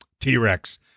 T-Rex